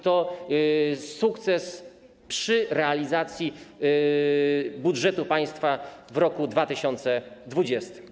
To sukces przy realizacji budżetu państwa w roku 2020.